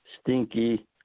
stinky